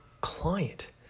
client